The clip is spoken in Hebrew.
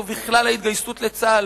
ובכלל ההתגייסות לצה"ל,